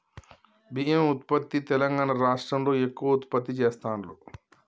బియ్యం ఉత్పత్తి తెలంగాణా రాష్ట్రం లో ఎక్కువ ఉత్పత్తి చెస్తాండ్లు